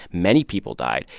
many people died.